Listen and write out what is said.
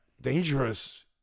dangerous